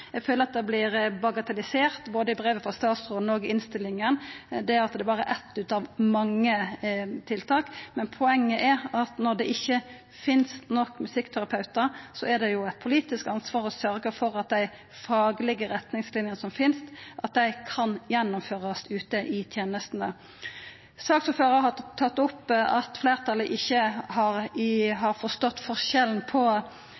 Eg føler det vert bagatellisert både i brevet frå statsråden og i innstillinga, at det berre er eitt av mange tiltak. Poenget er at når det ikkje finst nok musikkterapeutar, er det eit politisk ansvar å sørgja for at dei faglege retningslinjene som finst, kan gjennomførast ute i tenestene. Saksordføraren har tatt opp at fleirtalet ikkje har forstått forskjellen på musikkterapi, miljøbehandling og integrert bruk av musikk og song i